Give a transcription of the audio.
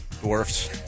dwarfs